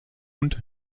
und